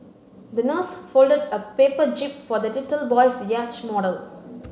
the nurse folded a paper jib for the little boy's yacht model